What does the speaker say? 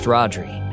Rodri